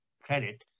credit